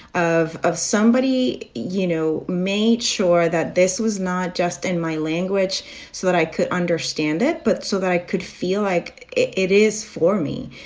of of somebody, you know, made sure that this was not just in my language so that i could understand it but so that i could feel like it it is for me.